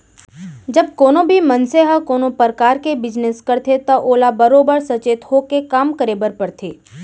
जब कोनों भी मनसे ह कोनों परकार के बिजनेस करथे त ओला बरोबर सचेत होके काम करे बर परथे